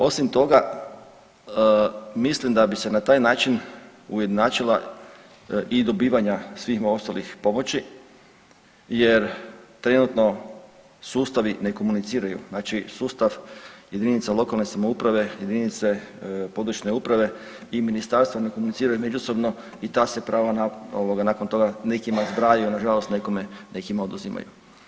Osim toga, mislim da bi se na taj način ujednačila i dobivanja svih ostalih pomoći jer trenutno sustavi ne komuniciraju, znači sustav jedinica lokalne samouprave, jedinice područje uprave i ministarstva ne komuniciraju međusobno i ta se prava nakon toga nekima zbrajaju, nažalost, nekima oduzimaju.